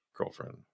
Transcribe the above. girlfriend